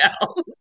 else